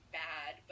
bad